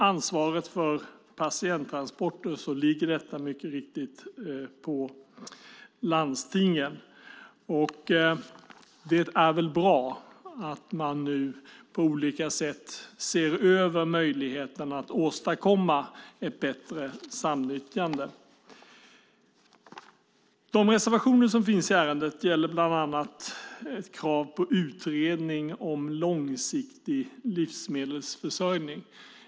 Ansvaret för patienttransporter ligger mycket riktigt på landstingen. Och det är väl bra att man nu på olika sätt ser över möjligheten att åstadkomma ett bättre samnyttjande. De reservationer som finns i ärendet gäller bland annat ett krav på utredning om långsiktig livsmedelsförsörjning.